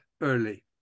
early